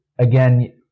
Again